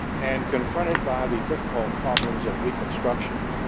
and confronted by the difficult problems of reconstruction,